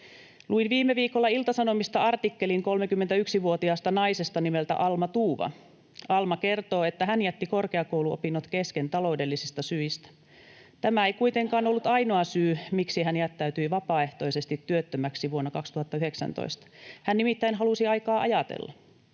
Luin viime viikolla Ilta-Sanomista artikkelin 31-vuotiaasta naisesta nimeltä Alma Tuuva. Alma kertoo, että hän jätti korkeakouluopinnot kesken taloudellisista syistä. Tämä ei kuitenkaan ollut ainoa syy, miksi hän jättäytyi vapaaehtoisesti työttömäksi vuonna 2019. Hän nimittäin halusi aikaa ajatella